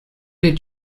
did